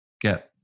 get